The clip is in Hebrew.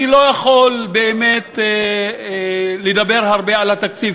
אני לא יכול באמת לדבר הרבה על התקציב,